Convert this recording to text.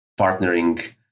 partnering